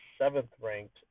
seventh-ranked